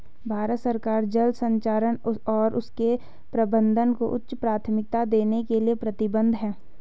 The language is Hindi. भारत सरकार जल संरक्षण और उसके प्रबंधन को उच्च प्राथमिकता देने के लिए प्रतिबद्ध है